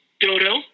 Dodo